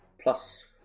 plus